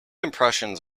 impressions